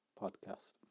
Podcast